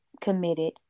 committed